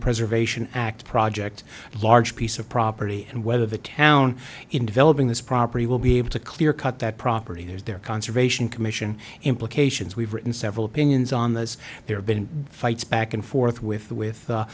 preservation act project large piece of property and whether the town in developing this property will be able to clear cut that property is there conservation commission implications we've written several opinions on this there have been fights back and forth with